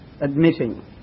admitting